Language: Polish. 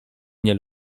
mnie